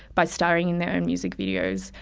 by starring in their own music videos,